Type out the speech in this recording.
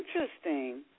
Interesting